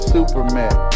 Superman